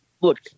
look